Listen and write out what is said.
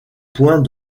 points